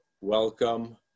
welcome